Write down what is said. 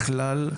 בכלל,